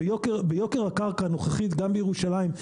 ביוקר הקרקע הנוכחית גם בירושלים,